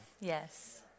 Yes